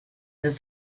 ist